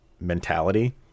mentality